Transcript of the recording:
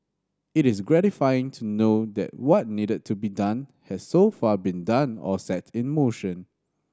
it is gratifying to know that what needed to be done has so far been done or set in motion